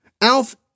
Alf